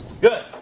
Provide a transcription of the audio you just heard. Good